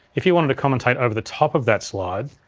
if you wanted to commentate over the top of that slide.